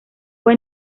fue